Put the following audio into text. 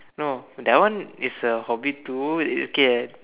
no that one is a hobby too okay